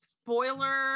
spoiler